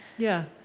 yeah.